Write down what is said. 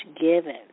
given